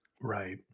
Right